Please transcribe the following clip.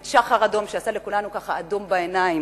את "שחר אדום" שעשה לכולנו ככה אדום בעיניים,